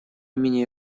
имени